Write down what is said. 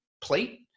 plate